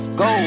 go